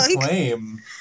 claim